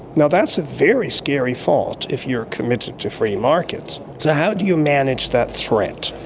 now, that's a very scary thought if you are committed to free markets. so how do you manage that threat?